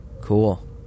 cool